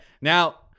Now